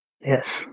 yes